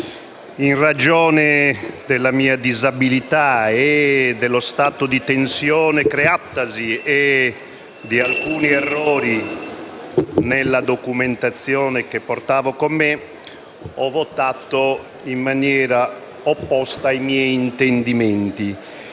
in ragione della mia disabilità e dello stato di tensione creatosi e di alcuni errori nella documentazione che portavo con me ho votato in maniera opposta ai miei intendimenti.